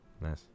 Nice